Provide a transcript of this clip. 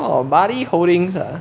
oh buddy holdings uh